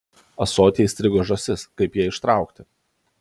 ąsotyje įstrigo žąsis kaip ją ištraukti